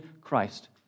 Christ